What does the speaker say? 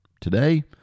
today